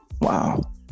Wow